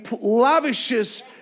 lavishes